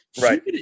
Right